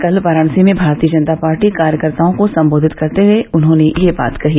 कल वाराणसी में भारतीय जनता पार्टी कार्यकर्ताओं को संबोधित करते हुए उन्होंने ये बात कही